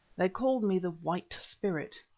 they called me the white spirit.